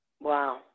Wow